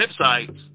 websites